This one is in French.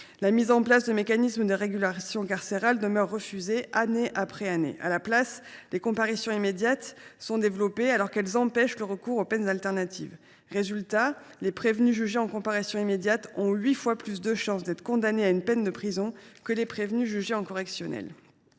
La mise en place de mécanismes de régulation carcérale est refusée, année après année. À la place, les comparutions immédiates se développent, alors qu’elles empêchent le recours aux peines alternatives. Résultat : les prévenus jugés en comparution immédiate ont huit fois plus de chances d’être condamnés à une peine de prison que les prévenus jugés en correctionnelle.